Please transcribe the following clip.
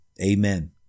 Amen